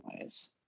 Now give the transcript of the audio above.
ways